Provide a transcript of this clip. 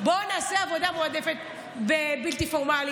בוא נעשה עבודה מועדפת בבלתי פורמלי,